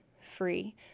free